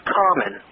common